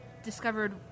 Discovered